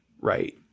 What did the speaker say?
right